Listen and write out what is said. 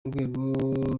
urwego